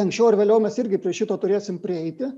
anksčiau ar vėliau mes irgi prie šito turėsim prieiti